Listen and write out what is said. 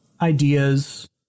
ideas